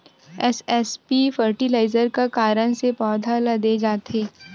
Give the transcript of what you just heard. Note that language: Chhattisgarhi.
एस.एस.पी फर्टिलाइजर का कारण से पौधा ल दे जाथे?